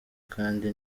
kandi